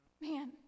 Man